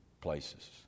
places